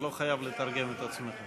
אתה לא חייב לתרגם את עצמך.